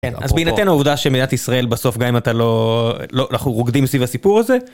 אז בהינתן העובדה שמדינת ישראל בסוף גם אם אתה לא לא אנחנו רוקדים סביב הסיפור הזה.